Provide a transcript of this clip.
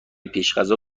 پرشده